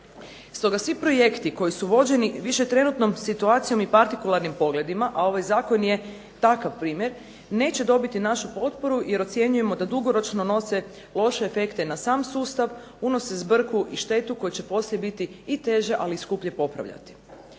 Stoga svi projekti koji su vođeni više trenutnom situacijom i partikularnim pogledima, a ovaj zakon je takva primjer, neće dobiti našu potporu jer ocjenjujemo da dugoročno nose loše efekte na sam sustav, unose zbrku i štetu koju će poslije biti i teže ali i skuplje popravljati.